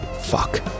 Fuck